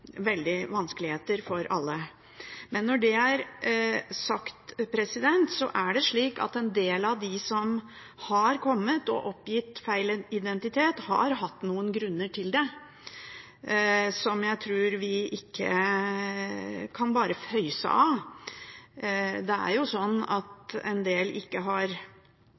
vanskeligheter for alle. Når det er sagt, er det slik at en del av dem som har kommet og oppgitt feil identitet, har hatt noen grunner til det, som jeg tror vi ikke bare kan føyse unna. Det er jo sånn at en del ikke har